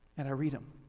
and i read them.